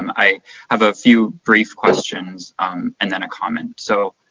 i have a few brief questions and then a comment. so